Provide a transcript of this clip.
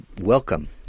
welcome